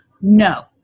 no